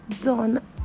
done